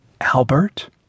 Albert